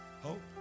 Hope